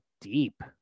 deep